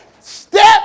Step